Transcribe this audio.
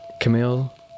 Camille